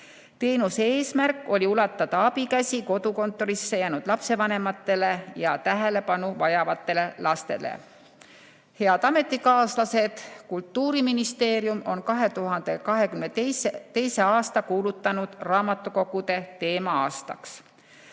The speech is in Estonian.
Teenuse eesmärk oli ulatada abikäsi kodukontorisse jäänud lapsevanematele ja tähelepanu vajavatele lastele. Head ametikaaslased! Kultuuriministeerium on 2022. aasta kuulutanud raamatukogude teema-aastaks.